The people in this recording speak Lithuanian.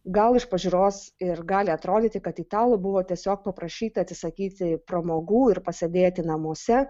gal iš pažiūros ir gali atrodyti kad italų buvo tiesiog paprašyta atsisakyti pramogų ir pasėdėti namuose